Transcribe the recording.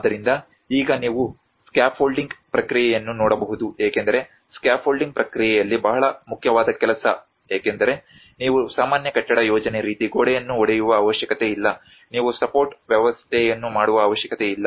ಆದ್ದರಿಂದ ಈಗ ನೀವು ಸ್ಕ್ಯಾಫೋಲ್ಡಿಂಗ್ ಪ್ರಕ್ರಿಯೆಯನ್ನು ನೋಡಬಹುದು ಏಕೆಂದರೆ ಸ್ಕ್ಯಾಫೋಲ್ಡಿಂಗ್ ಪ್ರಕ್ರಿಯೆಯಲ್ಲಿ ಬಹಳ ಮುಖ್ಯವಾದ ಕೆಲಸ ಏಕೆಂದರೆ ನೀವು ಸಾಮಾನ್ಯ ಕಟ್ಟಡ ಯೋಜನೆ ರೀತಿ ಗೋಡೆಯನ್ನು ಹೊಡಿಯುವ ಅವಶ್ಯಕತೆ ಇಲ್ಲ ನೀವು ಸಪೋರ್ಟ್ ವ್ಯವಸ್ಥೆಯನ್ನು ಮಾಡುವ ಅವಶ್ಯಕತೆ ಇಲ್ಲ